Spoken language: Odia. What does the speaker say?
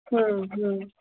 ହୁଁ ହୁଁ